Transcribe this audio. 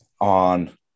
on